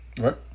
Right